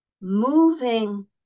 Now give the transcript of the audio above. moving